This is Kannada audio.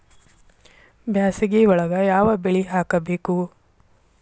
ಬ್ಯಾಸಗಿ ಒಳಗ ಯಾವ ಬೆಳಿ ಹಾಕಬೇಕು?